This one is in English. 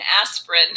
aspirin